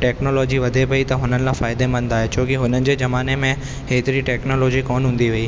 technology वधे पई त हुननि लाइ फ़ाइदेमंद आहे छोकी उन्हनि जे जमाने में एतिरी टैक्नोलॉजी कोन्ह हूंदी हुई